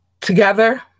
together